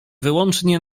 wyłącznie